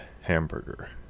hamburger